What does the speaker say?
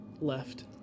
left